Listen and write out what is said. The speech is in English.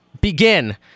begin